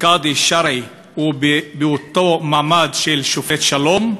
קאדי שרעי הוא מעמד של שופט שלום,